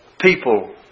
people